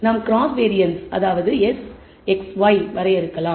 நாம் cross variance Sxy வரையறுக்கலாம